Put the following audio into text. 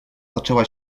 zaczęła